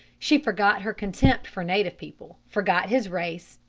she forgot her contempt for native people, forgot his race,